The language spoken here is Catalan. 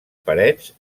parets